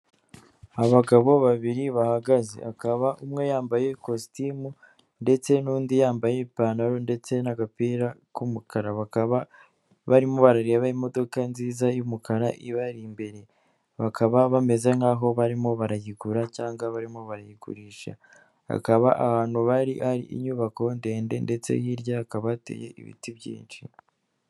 Abagabo babiri bahagaze. Akaba umwe yambaye ikositimu ndetse n'undi yambaye ipantaro ndetse n'agapira k'umukara. Bakaba barimo barareba imodoka nziza y'umukara ibari imbere. Bakaba bameze nk'aho barimo barayigura cyangwa barimo barayigurisha. Bakaba ahantu bari ari hari inyubako ndende ndetse hirya hakaba hateye ibiti byinshi.